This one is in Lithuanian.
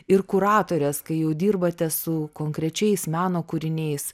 ir kuratorės kai jau dirbate su konkrečiais meno kūriniais